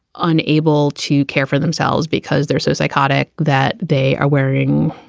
unable to care for themselves because they're so psychotic that they are wearing,